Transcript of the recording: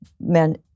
men